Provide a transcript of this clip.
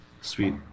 Sweet